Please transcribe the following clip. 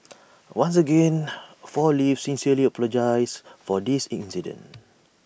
once again four leaves sincerely apologises for this incident